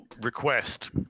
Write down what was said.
request